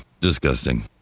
disgusting